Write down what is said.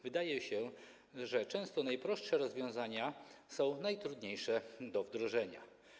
Wydaje się, że często najprostsze rozwiązania są najtrudniejsze do wdrożenia.